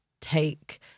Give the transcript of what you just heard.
take